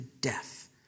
death